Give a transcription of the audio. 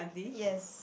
yes